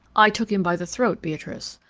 i took him by the throat, beatrice.